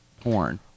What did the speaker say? porn